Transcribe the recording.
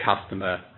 customer